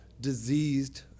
diseased